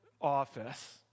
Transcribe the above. office